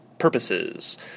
purposes